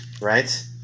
right